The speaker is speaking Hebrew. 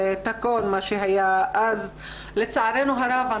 לצערנו הרב,